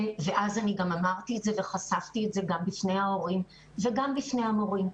אמרתי וחשפתי את זה בפני ההורים וגם בפני המורים.